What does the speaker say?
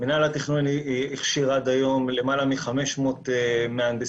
מינהל התכנון הכשיר עד היום למעלה מ-500 מהנדסים,